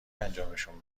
انجامشون